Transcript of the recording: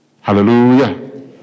Hallelujah